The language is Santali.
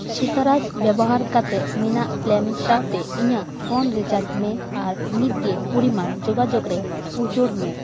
ᱥᱤᱛᱟᱨᱟᱥ ᱵᱮᱵᱚᱦᱟᱨ ᱠᱟᱛᱮᱫ ᱢᱮᱱᱟᱜ ᱯᱞᱮᱱ ᱥᱟᱶᱛᱮ ᱤᱧᱟᱜ ᱯᱷᱳᱱ ᱨᱤᱪᱟᱡᱽ ᱢᱮ ᱟᱨ ᱢᱤᱫᱜᱮ ᱯᱚᱨᱤᱢᱟᱱ ᱡᱳᱜᱟᱡᱳᱜᱽ ᱨᱮ ᱩᱪᱟᱹᱲᱢᱮ